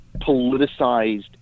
politicized